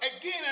again